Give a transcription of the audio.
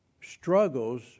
Struggles